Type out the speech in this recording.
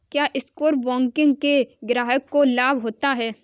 क्या stock broking से ग्राहक को लाभ होता है?